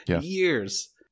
Years